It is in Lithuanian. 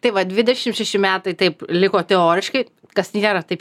tai va dvidešimt šeši metai taip liko teoriškai kas nėra taip